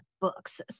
books